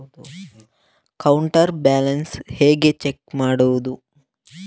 Account balance ಹೇಗೆ check ಮಾಡುವುದು?